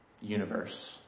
universe